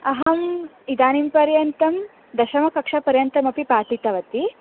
अहम् इदानीं पर्यन्तं दशमकक्ष्यापर्यन्तमपि पाठितवती